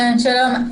שלום.